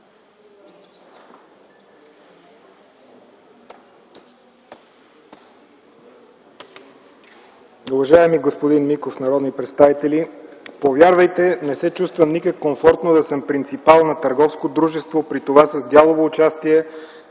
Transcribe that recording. Уважаеми господин Миков, народни представители!